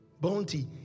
bounty